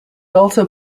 also